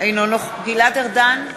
גלעד ארדן,